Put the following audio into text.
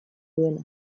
duena